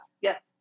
Yes